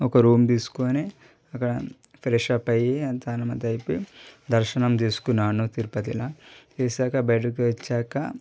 ఒక రూమ్ తీసుకుని అక్కడ ఫ్రెషప్ అయ్యి తానం అంతా అయిపోయి దర్శనం చేసుకున్నాను తిరుపతిలో చేసాక బయటకి వచ్చాక